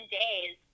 days